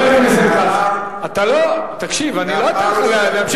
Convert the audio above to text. חבר הכנסת כץ, תקשיב, אני לא אתן לך להמשיך.